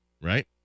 right